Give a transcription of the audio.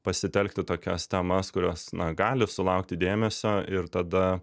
pasitelkti tokias temas kurios na gali sulaukti dėmesio ir tada